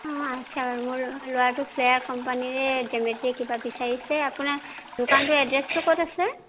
অঁ আচ্ছা বাৰু মোৰ ল'ৰাটোক ফ্লেয়াৰ কম্পানীৰে জেমেতি কিবা বিচাৰিছে আপোনাৰ দোকানটোৰ এড্ৰেছটো ক'ত আছে